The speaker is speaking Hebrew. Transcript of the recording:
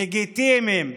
לגיטימיים,